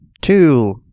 Two